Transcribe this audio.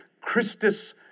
Christus